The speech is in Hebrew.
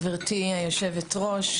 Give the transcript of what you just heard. גברתי היושבת-ראש,